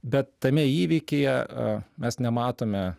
bet tame įvykyje mes nematome